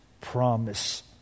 promise